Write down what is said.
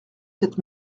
sept